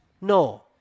No